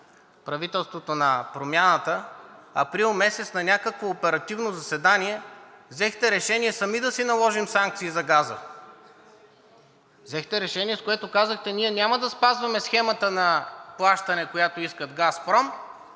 правителството на Промяната, април месец на някакво оперативно заседание взехте решение сами да си наложим санкции за газа? Взехте решение, с което казахте: ние няма да спазваме схемата на плащане, която искат „Газпром“.